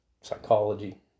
psychology